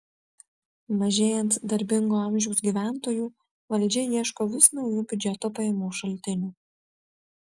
mažėjant darbingo amžiaus gyventojų valdžia ieško vis naujų biudžeto pajamų šaltinių